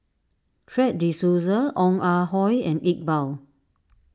Fred De Souza Ong Ah Hoi and Iqbal